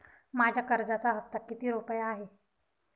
माझ्या कर्जाचा हफ्ता किती रुपये आहे?